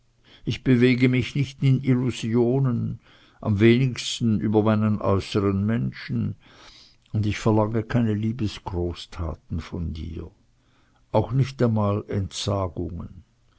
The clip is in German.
ich bewege mich nicht in illusionen am wenigsten über meinen äußeren menschen und ich verlange keine liebesgroßtaten von dir auch nicht einmal entsagungen